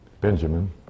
Benjamin